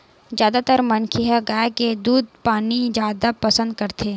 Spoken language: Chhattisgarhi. जादातर मनखे ह गाय के दूद पीना जादा पसंद करथे